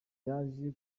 yaje